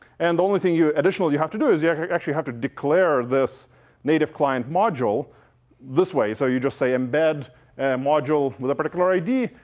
and the only thing you additional you have to do, is yeah you actually have to declare this native client module this way. so you just say embed and module with a particular id.